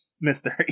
mystery